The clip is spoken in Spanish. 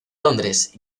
londres